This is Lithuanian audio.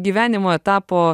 gyvenimo etapo